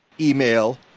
email